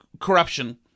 corruption